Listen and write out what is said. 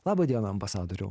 laba diena ambasadoriau